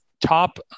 top